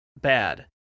bad